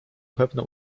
pewne